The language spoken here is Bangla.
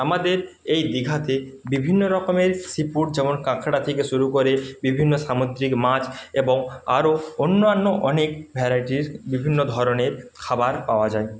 আমাদের এই দিঘাতে বিভিন্ন রকমের সি ফুড যেমন কাঁকড়া থেকে শুরু করে বিভিন্ন সামুদ্রিক মাছ এবং আরও অন্যান্য অনেক ভ্যারাইটির বিভিন্ন ধরনের খাবার পাওয়া যায়